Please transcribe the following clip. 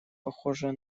похожее